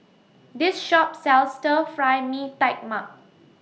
This Shop sells Stir Fry Mee Tai Mak